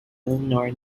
elinor